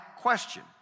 question